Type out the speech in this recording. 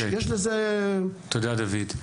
תודה דוד.